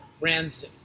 brands